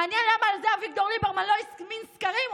מעניין למה על זה אביגדור ליברמן לא הזמין סקרים.